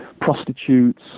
prostitutes